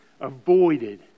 avoided